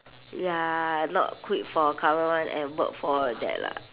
ya not quit for her current one and work for that lah